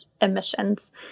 emissions